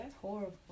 horrible